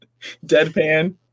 deadpan